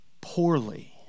poorly